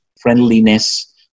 friendliness